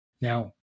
Now